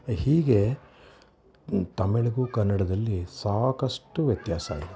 ಹೀಗೆ ತಮಿಳಿಗೂ ಕನ್ನಡದಲ್ಲಿ ಸಾಕಷ್ಟು ವ್ಯತ್ಯಾಸ ಇರುತ್ತೆ